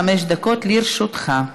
חמש דקות לרשותך.